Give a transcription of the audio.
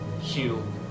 Hugh